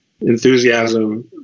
enthusiasm